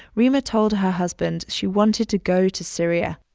reema told her husband she wanted to go to syria.